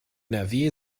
nrw